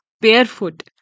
barefoot